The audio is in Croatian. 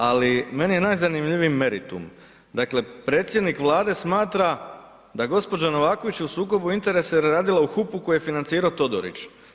Ali meni je najzanimljiviji meritum, dakle predsjednik Vlade smatra da gospođa Novaković je u sukobu interesa jer je radila u HUP-u koju je financirao Todorić.